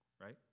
right